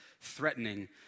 threatening